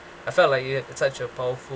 I felt like it such a powerfu~